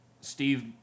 Steve